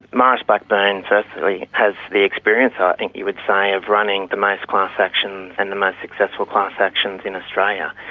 maurice blackburn firstly has the experience, i think you would say, of running the most class actions and the most successful class actions in australian.